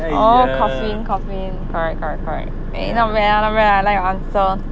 oh coffin coffin correct correct correct eh not bad ah not bad ah I like your answer